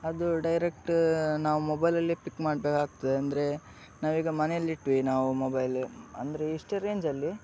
ಅದು ಡೈರೆಕ್ಟ್ ನಾವು ಮೊಬೈಲಲ್ಲಿ ಪಿಕ್ ಮಾಡಬೇಕಾಗ್ತದೆ ಅಂದರೆ ನಾವೀಗ ಮನೆಲಿಟ್ವಿ ನಾವು ಮೊಬೈಲ್ ಅಂದರೆ ಇಷ್ಟೆ ರೇಂಜಲ್ಲಿ